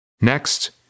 Next